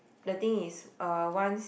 the thing is uh once